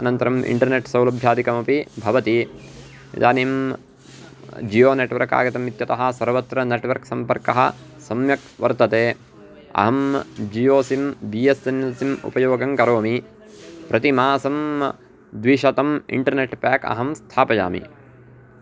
अनन्तरम् इण्टर्नेट् सौलभ्यादिकमपि भवति इदानीं जियो नेट्वर्क् आगतम् इत्यतः सर्वत्र नेट्वर्क् सम्पर्कः सम्यक् वर्तते अहं Jio sim B S N L sim उपयोगं करोमि प्रतिमासं द्विशतम् इण्टर्नेट् पेक् अहं स्थापयामि